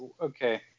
okay